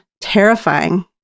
terrifying